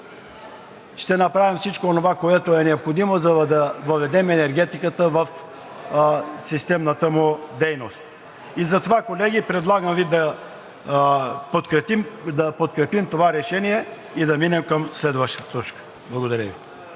ще направим всичко онова, което е необходимо, за да въведем енергетиката в системната ѝ дейност. Колеги, затова Ви предлагам да подкрепим това решение и да минем към следващата точка. Благодаря Ви.